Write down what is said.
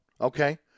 okay